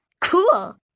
Cool